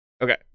Okay